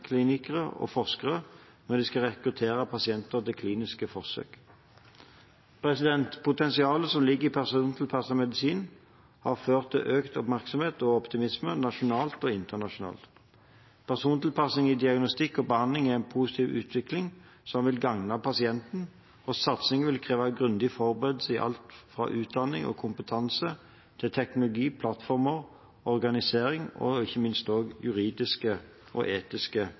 klinikere og forskere når de skal rekruttere pasienter til kliniske forsøk. Potensialet som ligger i persontilpasset medisin, har ført til økt oppmerksomhet og optimisme, nasjonalt og internasjonalt. Persontilpassing i diagnostikk og behandling er en positiv utvikling som vil gagne pasientene, og satsingen vil kreve grundig forberedelse i alt fra utdanning og kompetanse til teknologi, plattformer, organisering og ikke minst også juridiske og etiske